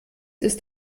ist